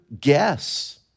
guess